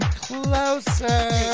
closer